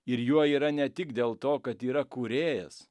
ir juo yra ne tik dėl to kad yra kūrėjas